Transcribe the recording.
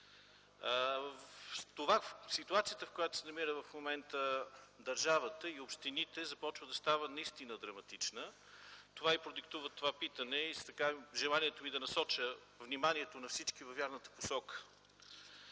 Ситуацията, в която се намират в момента държавата и общините, започва да става наистина драматична. Това продиктува питането и желанието ми да насоча вниманието на всички във вярната посока.